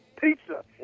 Pizza